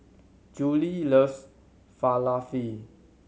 Julie loves Falafel